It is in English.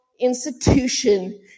institution